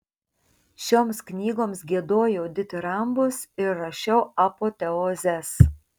šioms knygoms giedojau ditirambus ir rašiau apoteozes